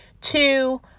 two